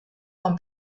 con